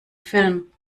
film